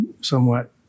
somewhat